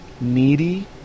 needy